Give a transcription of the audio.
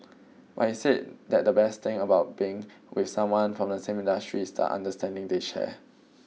but he said that the best thing about being with someone from the same industry is the understanding they share